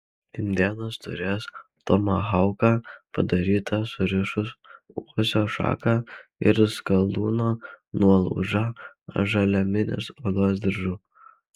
indėnas turės tomahauką padarytą surišus uosio šaką ir skalūno nuolaužą žaliaminės odos diržu